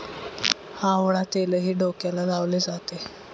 आवळा तेलही डोक्याला लावले जाते